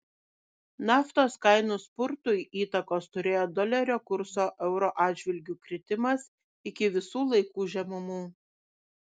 naftos kainų spurtui įtakos turėjo dolerio kurso euro atžvilgiu kritimas iki visų laikų žemumų